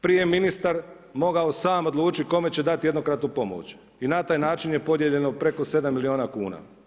Prije je ministar mogao sam odlučit ikome će dati jednokratnu pomoć i na taj način je podijeljeno preko 7 milijuna kuna.